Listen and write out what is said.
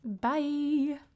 Bye